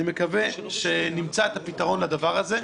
אני מקווה שנמצא את הפתרון לדבר הזה,